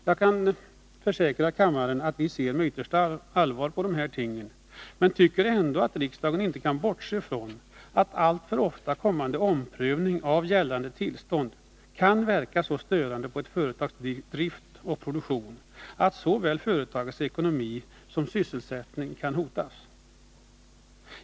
Jag kan försäkra kammaren att vi ser med yttersta allvar på de här tingen, men vi tycker ändå att riksdagen inte kan bortse från att alltför ofta kommande omprövning av gällande tillstånd kan verka så störande på ett företags drift och produktion att företagets såväl ekonomi som sysselsättning hotas.